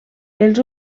els